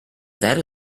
that